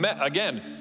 again